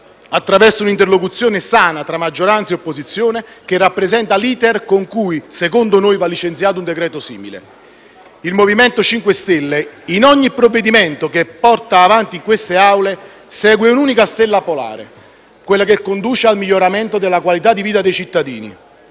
attraverso un'interlocuzione sana tra maggioranza e opposizione, che rappresenta l'*iter* con il quale, secondo noi, va licenziato un simile decreto-legge. Il MoVimento 5 Stelle, in ogni provvedimento che porta avanti in queste Aule, segue un'unica stella polare: quella che conduce al miglioramento della qualità di vita dei cittadini.